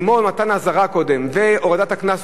כמו מתן אזהרה קודם והורדת הקנס,